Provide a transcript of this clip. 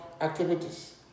activities